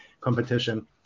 competition